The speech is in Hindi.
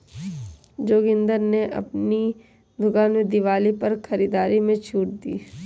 जोगिंदर ने अपनी दुकान में दिवाली पर खरीदारी में छूट दी